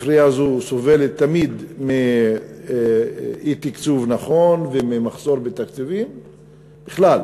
הספרייה הזו סובלת תמיד מאי-תקצוב נכון וממחסור בתקציבים בכלל,